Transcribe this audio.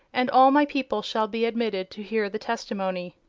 and all my people shall be admitted to hear the testimony.